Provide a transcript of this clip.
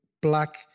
black